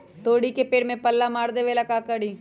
तोड़ी के पेड़ में पल्ला मार देबे ले का करी?